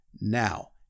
Now